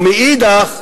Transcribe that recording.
ומאידך,